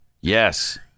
Yes